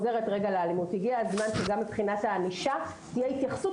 הגיע הזמן שגם מבחינת הענישה תהיה התייחסות